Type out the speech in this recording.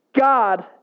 God